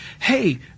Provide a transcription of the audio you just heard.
hey –